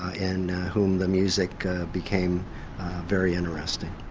ah in whom the music became very interesting.